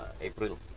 April